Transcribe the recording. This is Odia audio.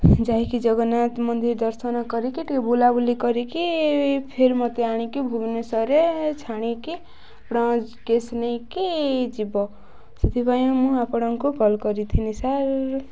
ଯାଇକି ଜଗନ୍ନାଥ ମନ୍ଦିର ଦର୍ଶନ କରିକି ଟିକେ ବୁଲାବୁଲି କରିକି ଫେର୍ ମୋତେ ଆଣିକି ଭୁବନେଶ୍ୱରରେ ଛାଣିକି ଆପଣ କେସ୍ ନେଇକି ଯିବ ସେଥିପାଇଁ ମୁଁ ଆପଣଙ୍କୁ କଲ୍ କରିଥିନି ସାର୍